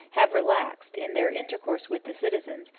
have relaxed, in their intercourse with the citizens,